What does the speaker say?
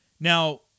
Now